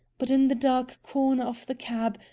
but, in the dark corner of the cab,